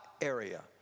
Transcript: area